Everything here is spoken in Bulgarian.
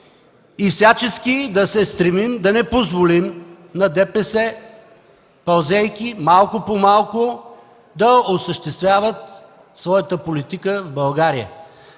и всячески да се стремим да не позволим на ДПС, пълзейки малко по малко, да осъществяват своята политика в България.